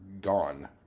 gone